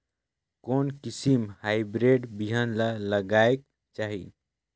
कोन किसम हाईब्रिड बिहान ला लगायेक चाही?